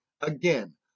Again